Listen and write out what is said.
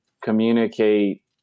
communicate